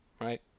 right